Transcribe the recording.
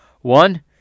One